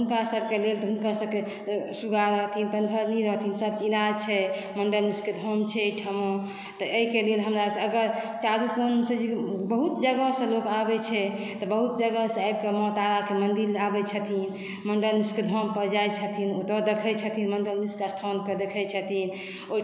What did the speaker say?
तऽ हुनका सभके लेल तऽ हुनकर सभकें सुग्गा रहथीन पानिभरनी रहथीन सभ ईनार छै मण्डन मिश्रक धाम छै एहिठाम तऽ एहिक लॆल हमरा सभक अगर चारू कोणसँ बहत जगहसँ लोक आबै छै तऽ बहुत जगहसँ आबिक माँ ताराक मन्दिर आबै छथिन मण्डन मिश्रक धाम पर जाइ छथिन ओतौ देखै छथिन मण्डन मिश्रक स्थानके देखै छथिन